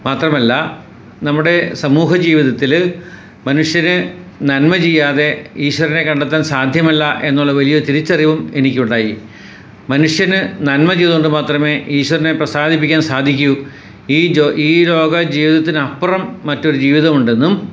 മാത്രമല്ല നമ്മുടെ സമൂഹ ജീവിതത്തിൽ മനുഷ്യന് നന്മ ചെയ്യാതെ ഈശ്വരനെ കണ്ടെത്താൻ സാധ്യമല്ല എന്നുള്ള വലിയ ഒരു തിരിച്ചറിവും എനിക്കുണ്ടായി മനുഷ്യന് നന്മ ചെയ്ത് കൊണ്ട് മാത്രമേ ഈശ്വരനെ പ്രസാദിപ്പിക്കാൻ സാധിക്കു ഈ ഈ ലോക ജീവിതത്തിന് അപ്പുറം മറ്റൊരു ജീവിതമുണ്ടെന്നും